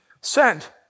sent